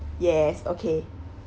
yes okay